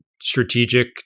strategic